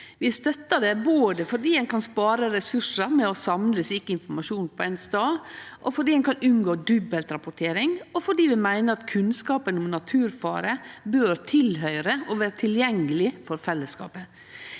Vi støttar det både fordi ein kan spare resursar med å samle slik informasjon på ein stad, fordi ein kan unngå dobbeltrapportering, og fordi vi meiner at kunnskapen om naturfare bør tilhøyre og vere tilgjengeleg for fellesskapet.